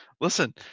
Listen